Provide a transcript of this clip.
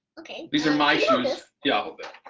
these are my shoes, yeah,